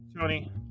Tony